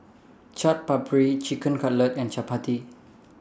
Chaat Papri Chicken Cutlet and Chapati